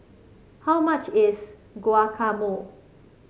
how much is Guacamole